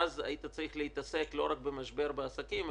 ואז היית צריך להתעסק לא רק במשבר בעסקים,